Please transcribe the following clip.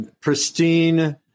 pristine